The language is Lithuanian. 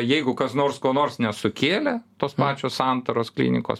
jeigu kas nors ko nors nesukėlė tos pačios santaros klinikos